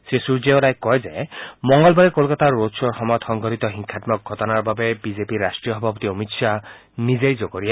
শ্ৰীসূৰ্যেৱালাই কয় যে মঙলবাৰে কলকাতাৰ ৰোডধৰ সময়ত সংঘটিত হিংসাম্মক ঘটনাৰ বাবে বিজেপিৰ ৰাষ্ট্ৰীয় সভাপতি অমিত শ্বাহ নিজেই জগৰীয়া